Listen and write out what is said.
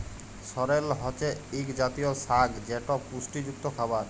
সরেল হছে ইক জাতীয় সাগ যেট পুষ্টিযুক্ত খাবার